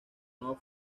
nuevo